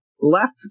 left